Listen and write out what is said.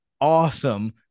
awesome